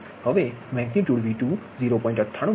હવે magnitude V2 0